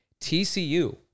TCU